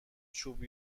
چوب